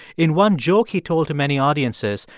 in one joke he told to many audiences,